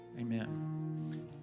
Amen